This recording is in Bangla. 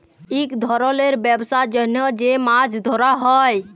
ইক ধরলের ব্যবসার জ্যনহ যে মাছ ধ্যরা হ্যয়